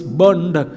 burned